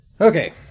Okay